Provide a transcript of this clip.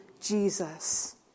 jesus